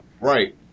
Right